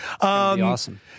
Awesome